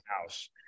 house